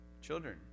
Children